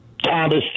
Thomas